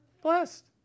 Blessed